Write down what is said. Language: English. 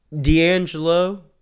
D'Angelo